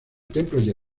templo